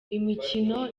imikino